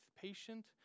patient